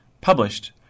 published